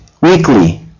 weekly